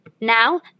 Now